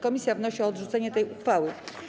Komisja wnosi o odrzucenie tej uchwały.